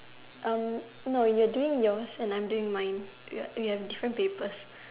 Erm no you are doing yours and I'm doing mine we have we have different papers